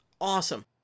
awesome